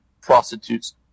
prostitutes